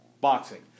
Boxing